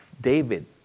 David